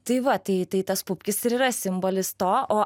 tai va tai tai tas pupkis ir yra simbolis to o